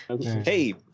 Hey